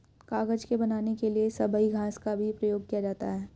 कागज बनाने के लिए सबई घास का भी प्रयोग किया जाता है